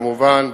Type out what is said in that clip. כמובן,